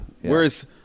Whereas